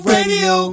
Radio